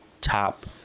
top